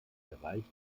erreicht